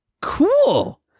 Cool